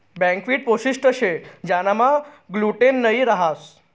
buckwheat पोष्टिक शे ज्यानामा ग्लूटेन नयी रहास